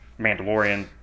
Mandalorian